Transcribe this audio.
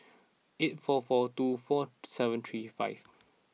eight four four two four seven three five